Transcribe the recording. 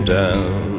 down